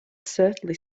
certainly